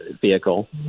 vehicle